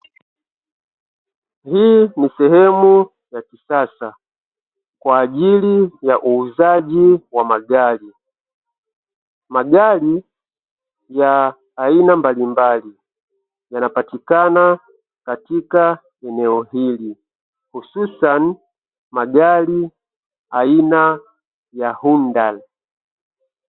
Hii ni sehemu ya kisasa kwa ajili ya uuzaji wa magari. Magari ya aina mbalimbali yanapatikana katika eneo hili hususan magari aina ya "Hyundai".